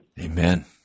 Amen